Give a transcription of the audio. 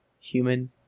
human